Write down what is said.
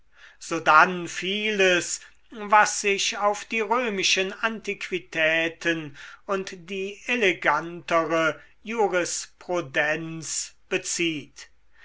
sodann vieles was sich auf die römischen antiquitäten und die elegantere jurisprudenz bezieht